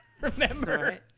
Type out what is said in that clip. Remember